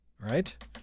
right